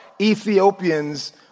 Ethiopians